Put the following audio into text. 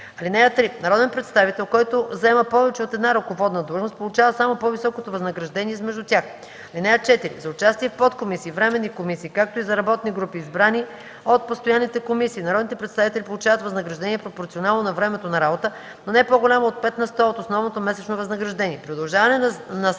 (3) Народен представител, който заема повече от една ръководна длъжност, получава само по-високото възнаграждение измежду тях. (4) За участие в подкомисии, временни комисии, както и за работни групи, избрани от постоянните комисии, народните представители получават възнаграждение пропорционално на времето на работа, но не по-голямо от 5 на сто от основното месечно възнаграждение.